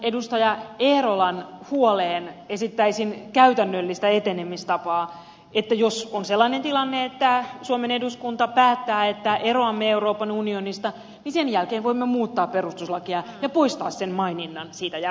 edustaja eerolan huoleen esittäisin käytännöllistä etenemistapaa että jos on sellainen tilanne että suomen eduskunta päättää että eroamme euroopan unionista niin sen jälkeen voimme muuttaa perustuslakia ja poistaa sen maininnan siitä jäsenyydestä